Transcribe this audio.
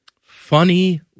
Funny